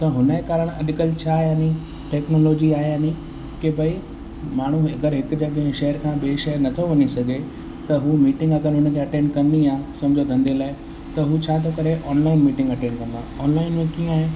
त हुन कारण अॼुकल्ह छा आहे टेक्नोलॉजी आहे याने की भई माण्हू अगरि हिकु शहर खां ॿिए शहर नथो वञी सघे त उहा मीटिंग अगर हुनखे अटैंड करणी आहे सम्झो धंधे लाइ त उहो छा थो करे ऑनलाइन मीटिंग अटैंड कंदा ऑनलाइन में कीअं आहे